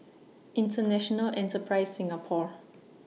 International Enterprise Singapore